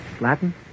Latin